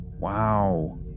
Wow